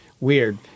weird